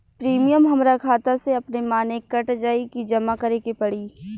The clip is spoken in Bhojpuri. प्रीमियम हमरा खाता से अपने माने कट जाई की जमा करे के पड़ी?